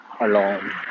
alone